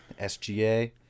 SGA